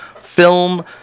film